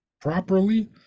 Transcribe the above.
properly